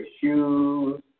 shoes